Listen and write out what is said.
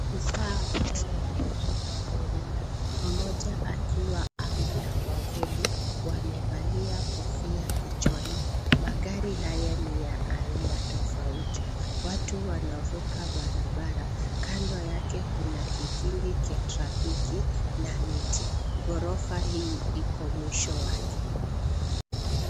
Afisa hawa washika doria, mmoja akiwa ana mwavuli, wamevalia kofia kichwani. Magari haya ni ya aina tofauti. Watu wanavuka barabara. Kando yake kuna kikingi kya trafiki na miti. Ghorofa hii iko mwisho wake.